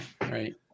right